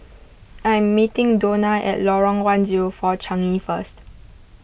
I am meeting Donna at Lorong one zero four Changi first